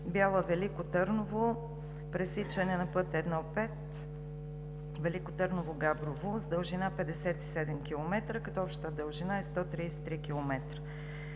Бяла – Велико Търново – пресичане на път I-5 Велико Търново – Габрово с дължина 57 км, като общата дължина е 133 км.